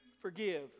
forgive